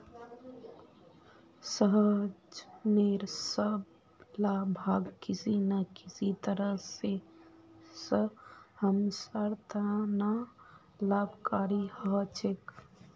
सहजनेर सब ला भाग किसी न किसी तरह स हमसार त न लाभकारी ह छेक